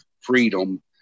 freedom